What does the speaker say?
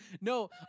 No